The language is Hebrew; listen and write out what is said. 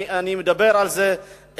אני מדבר על זה,